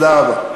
תודה רבה.